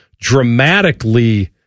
dramatically